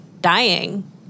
dying